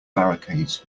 barricades